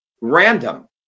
random